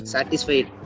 Satisfied